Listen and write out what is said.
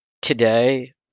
Today